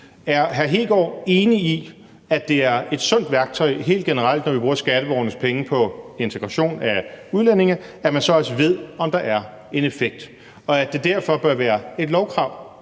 Kristian Hegaard enig i, at det helt generelt er et sundt værktøj, når vi bruger skatteborgernes penge på integration af udlændinge, at man så også ved, om der er en effekt, og at det derfor bør være et lovkrav?